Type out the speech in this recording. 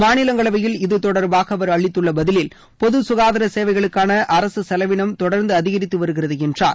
மாநிலங்களவையில் இதுதொடர்பாக அவர் அளித்துள்ள பதிலில் பொதுசுகாதார சேவைகளுக்கான அரசு செலவீனம் தொடர்ந்து அதிகரித்து வருகிறது என்றார்